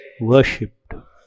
worshipped